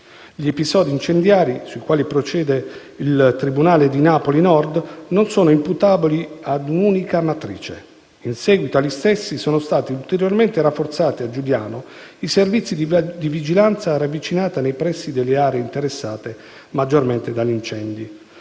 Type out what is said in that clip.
Gli episodi incendiari, sui quali procede il tribunale di Napoli Nord, non sono imputabili ad un'unica matrice. In seguito agli stessi, sono stati ulteriormente rafforzati a Giugliano i servizi di vigilanza ravvicinata nei pressi delle aree interessate maggiormente dagli incendi;